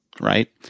Right